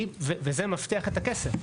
וזה מבטיח את הכסף.